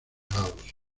house